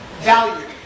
value